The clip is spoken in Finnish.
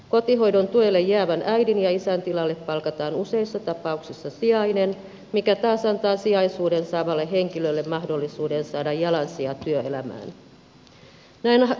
kotihoidon tuelle jäävän äidin ja isän tilalle palkataan useissa tapauksessa sijainen mikä taas antaa sijaisuuden saavalle henkilölle mahdollisuuden saada jalansija työelämään